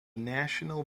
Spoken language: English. national